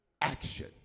action